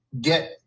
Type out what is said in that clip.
get